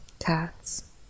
cats